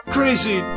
Crazy